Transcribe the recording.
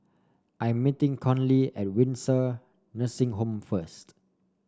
I'm meeting Conley at Windsor Nursing Home first